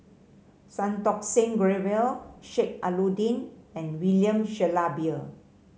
Santokh Singh Grewal Sheik Alau'ddin and William Shellabear